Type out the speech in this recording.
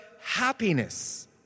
happiness